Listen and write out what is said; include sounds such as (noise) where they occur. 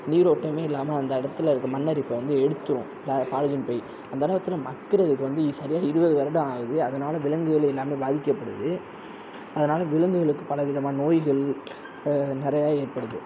நீரோட்டமே இல்லாமல் அந்த இடத்துல இருக்க மண்ணை அரிப்பை வந்து எடுத்துரும் பா பாலிதீன் பை அந்த (unintelligible) மக்குறதுக்கு வந்து சரியா இருபது வருடம் ஆயிடுது அதனால் விலங்குகள் எல்லாமே பாதிக்கப்படுது அதனால் விலங்குகளுக்கு பலவிதமான நோய்கள் நிறையா ஏற்படுது